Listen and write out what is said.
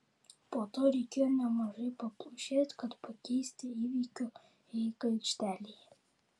po to reikėjo nemažai paplušėti kad pakeisti įvykių eigą aikštelėje